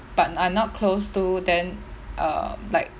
but are not close to then um like